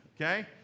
okay